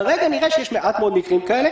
כרגע נראה שיש מעט מאוד מקרים כאלה.